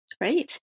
Great